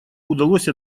удалось